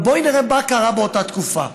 אבל בואי נראה מה קרה באותה תקופה: